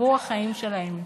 עבור החיים שלהם.